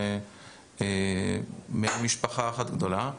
אנחנו משפחה אחת גדולה,